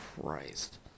Christ